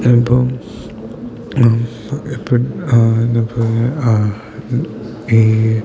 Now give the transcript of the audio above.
ഇപ്പം ഇപ്പം ഇപ്പം ഈ ഈ